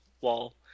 wall